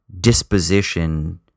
disposition